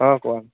অ কোৱা